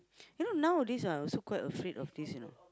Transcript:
you nowadays ah i also quite afraid of this you know